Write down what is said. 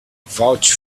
vouch